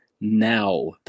now